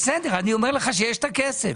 אני אומר לך שיש את הכסף.